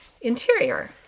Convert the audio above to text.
interior